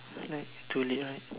like too late right